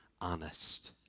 honest